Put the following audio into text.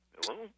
Hello